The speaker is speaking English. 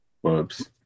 Whoops